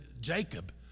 Jacob